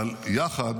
אבל יחד